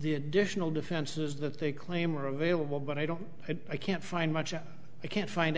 the additional defenses that they claim are available but i don't i can't find much that i can't find